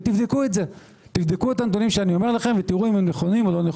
תבדקו את הנתונים שאני אומר לכם ותבדקו אם הם נכונים או לא.